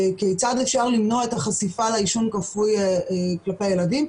אפשר למנוע את החשיפה לעישון כפוי כלפי הילדים.